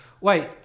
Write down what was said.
Wait